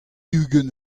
ugent